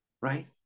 right